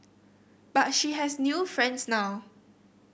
but she has new friends now